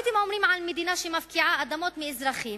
מה הייתם אומרים על מדינה שמפקיעה אדמות מאזרחים,